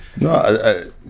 No